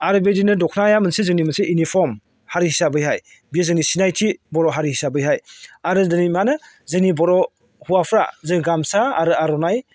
आरो बेबायदिनो दखनाया मोनसे जोंनि मोनसे इउनिफर्म हारि हिसाबैहाय बेयो जोंनि सिनायथि बर' हारि हिसाबैहाय आरो दिनै माने जोंनि बर' हौवाफ्रा जों गामसा आरो आरनाइ